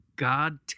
God